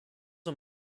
are